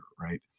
right